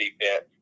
defense